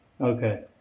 Okay